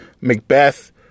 Macbeth